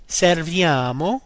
serviamo